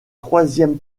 troisième